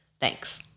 Thanks